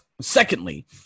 Secondly